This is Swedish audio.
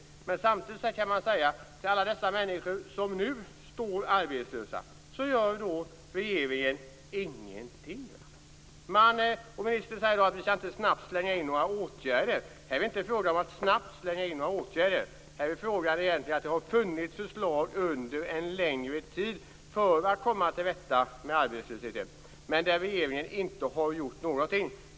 Men samtidigt kan man säga till alla de människor som nu står arbetslösa att regeringen inte gör någonting. Ministern säger att vi inte snabbt skall slänga in några åtgärder. Här är det inte fråga om att snabbt slänga in några åtgärder. Här är det egentligen fråga om att det har funnits förslag under en längre tid för att man skall komma till rätta med arbetslösheten, men regeringen har inte gjort någonting.